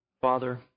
Father